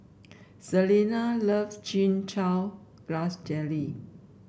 Selina loves Chin Chow Grass Jelly